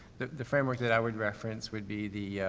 the the framework that i would reference would be the,